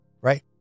right